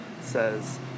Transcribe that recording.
says